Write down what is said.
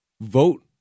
vote